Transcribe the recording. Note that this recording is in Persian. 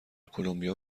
کلمبیا